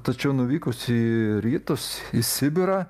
tačiau nuvykus į rytus į sibirą